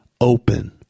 open